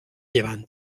llevant